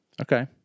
okay